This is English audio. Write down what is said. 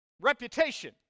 reputation